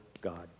God